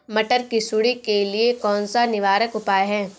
मटर की सुंडी के लिए कौन सा निवारक उपाय है?